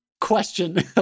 question